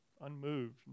Unmoved